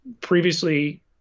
previously